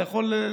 אתה יכול,